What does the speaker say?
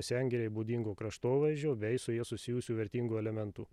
sengirei būdingo kraštovaizdžio bei su ja susijusių vertingų elementų